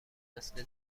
نسل